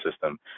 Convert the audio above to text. system